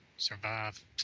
Survive